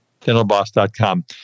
DentalBoss.com